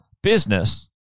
Business